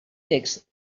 text